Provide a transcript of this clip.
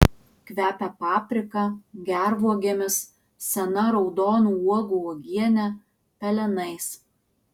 kvepia paprika gervuogėmis sena raudonų uogų uogiene pelenais